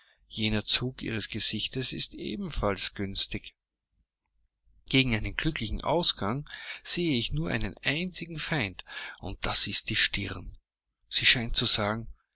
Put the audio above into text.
jener zug ihres gesichts ist ebenfalls günstig gegen einen glücklichen ausgang sehe ich nur einen einzigen feind und das ist die stirn sie scheint zu sagen